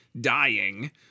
dying